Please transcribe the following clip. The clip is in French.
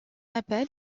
appel